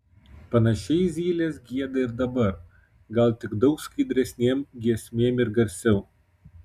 panašiai zylės gieda ir dabar gal tik daug skaidresnėm giesmėm ir garsiau